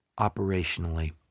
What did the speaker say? operationally